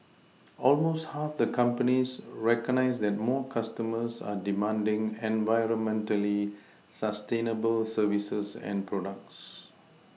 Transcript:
almost half the companies recognise that more customers are demanding environmentally sustainable services and products